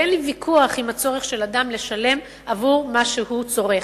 אין לי ויכוח על הצורך שאדם ישלם עבור מה שהוא צורך,